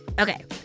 Okay